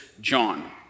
John